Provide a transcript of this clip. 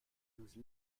douze